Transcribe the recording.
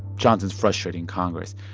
johnson's frustrating congress.